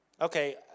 Okay